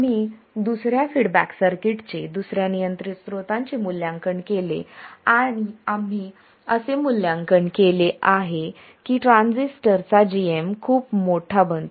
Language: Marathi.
आम्ही दुसऱ्या फीडबॅक सर्किट चे दुसऱ्या नियंत्रित स्त्रोतांचे मूल्यांकन केले आम्ही असे मूल्यांकन केले आहे की ट्रान्झिस्टरचाgm खूप मोठा बनतो